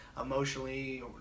emotionally